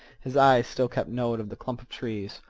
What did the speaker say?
his eyes still kept note of the clump of trees.